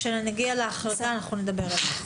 כאשר נגיע להחרגה נדבר על זה.